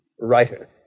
writer